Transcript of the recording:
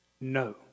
No